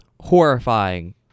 horrifying